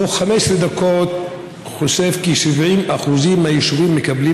דוח 15 דקות חושף כי 70% מהיישובים מקבלים